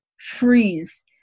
Freeze